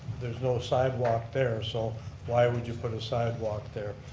there's no side walk there, so why would you put a side walk there?